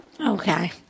Okay